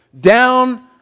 Down